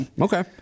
okay